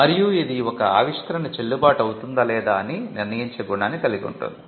మరియు ఇది ఒక ఆవిష్కరణ చెల్లుబాటు అవుతుందా లేదా అని నిర్ణయించే గుణాన్ని కలిగి ఉంటుంది